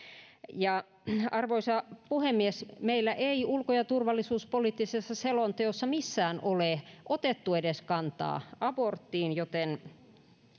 arvoisa puhemies meillä ei ulko ja turvallisuuspoliittisessa selonteossa missään ole edes otettu kantaa aborttiin joten